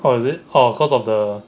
orh is it cause of the